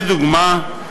לדוגמה,